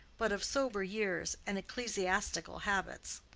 but of sober years and ecclesiastical habits.